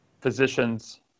physicians